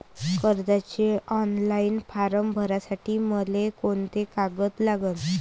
कर्जाचे online form भरासाठी मले कोंते कागद लागन?